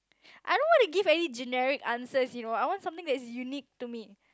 I don't want to give any generic answers you know I want something that is unique to me